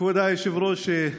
כבוד היושב-ראש,